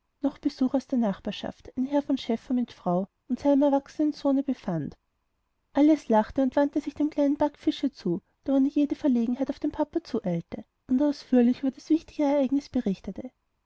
noch besuch aus der nachbarschaft ein herr von schäffer mit frau und seinem erwachsenen sohne befand alles lachte und wandte sich dem kleinen backfische zu der ohne jede verlegenheit auf den papa zueilte und ausführlich über das wichtige ereignis berichtete